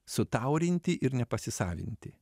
sutaurinti ir nepasisavinti